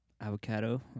Avocado